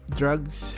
drugs